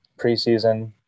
preseason